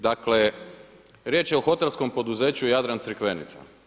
Dakle riječ je o Hotelskom poduzeću „Jadran“ Crikvenica.